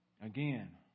Again